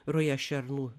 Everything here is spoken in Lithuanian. ruja šernų